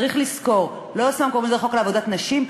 צריך לזכור, לא סתם קוראים לזה חוק עבודת נשים.